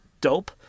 dope